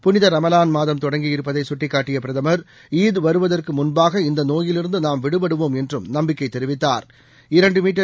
புனிதரமலான் மாதம் தொடங்கி இருப்பதைகட்டிக்காட்டியபிரதமா் ஈத் வருவதற்குமுன்பாக இந்தநோயிலிருந்துநாம் விடுபடுவோம் என்றும் நம்பிக்கைதெரிவித்தாா்